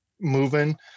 moving